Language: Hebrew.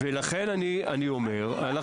לכן אני אומר